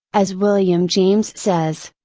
as william james says.